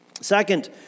Second